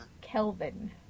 Kelvin